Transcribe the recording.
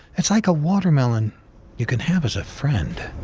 it's like a watermelon you can have as a friend.